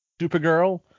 Supergirl